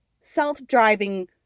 self-driving